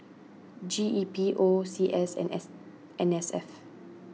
G E P O C S and S N S F